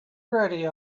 ready